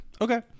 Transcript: okay